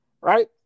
right